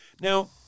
Now